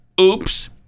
Oops